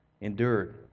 endured